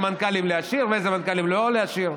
מנכ"לים להשאיר ואיזה מנכ"לים לא להשאיר.